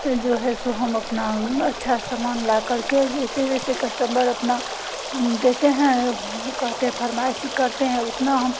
जो है सो हम अपना अच्छा सामान ला कर के जैसे जैसे कस्टमर अपना देते हैं कहते हैं फ़रमाइश करते हैं उतना हम